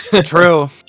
True